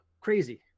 crazy